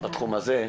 בתחום הזה,